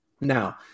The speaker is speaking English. Now